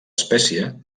espècie